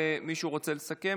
חברת הכנסת אורית מלכה סטרוק,